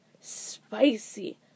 spicy